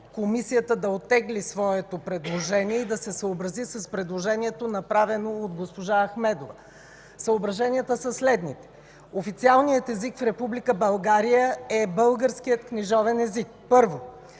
Комисията да оттегли своето предложение и да се съобрази с предложението, направено от госпожа Ахмедова. Съображенията са следните: официалният език в Република България е българският книжовен език – първо.